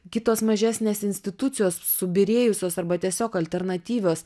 kitos mažesnės institucijos subyrėjusios arba tiesiog alternatyvios